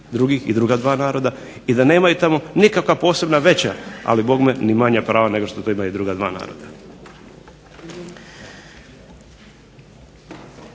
drugih, i druga dva naroda i da nemaju tamo nikakva posebna veća, ali bogme ni manja prava nego što to imaju druga dva naroda.